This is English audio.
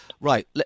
right